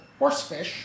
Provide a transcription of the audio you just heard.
horsefish